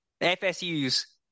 FSU's